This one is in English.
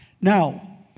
Now